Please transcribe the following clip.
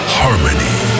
harmony